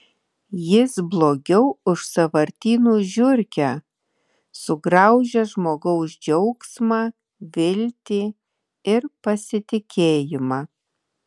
jis blogiau už sąvartynų žiurkę sugraužia žmogaus džiaugsmą viltį ir pasitikėjimą